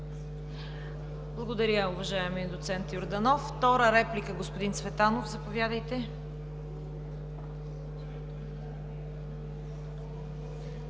Благодаря Ви, уважаеми доцент Йорданов. Втора реплика, господин Цветанов – заповядайте.